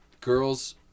girls